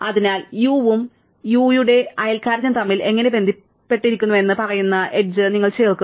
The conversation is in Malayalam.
അതിനാൽ u യും u യുടെ അയൽക്കാരനും തമ്മിൽ എങ്ങനെ ബന്ധപ്പെട്ടിരിക്കുന്നു എന്ന് പറയുന്ന എഡ്ജ് നിങ്ങൾ ചേർക്കുന്നു